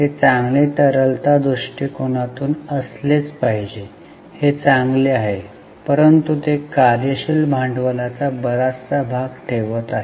ते चांगले तरलता दृष्टिकोनातून असलेच पाहिजे हे चांगले आहे परंतु ते कार्य शील भांडवलाचा बराचसा भाग ठेवत आहेत